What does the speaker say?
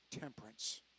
temperance